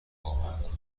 بابام